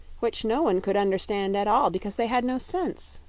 which no one could understand at all because they had no sense.